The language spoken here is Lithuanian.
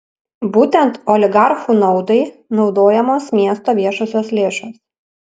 būtent oligarchų naudai naudojamos miesto viešosios lėšos